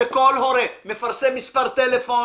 שכל הורה מפרסם מספר טלפון